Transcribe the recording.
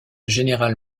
général